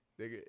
nigga